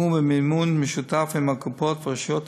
הוקמו במימון משותף עם הקופות והרשויות